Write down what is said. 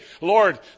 Lord